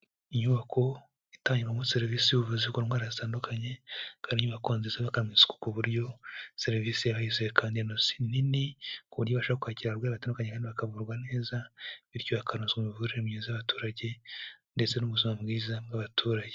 Inyubako itangirwamo serivisi y'ubuvuzi ku ndwara zitandukanye ikaba ari inyubako nziza yubakanwe isuku ku buryo serivisi yaho yizewe kandi inoze. Ni nini ku buryo bashobora kwakira abarwayi batandukanye kandi bakavurwa neza, bityo hakanozwa imibereho myiza y'abaturage ndetse n'ubuzima bwiza bw'abaturage.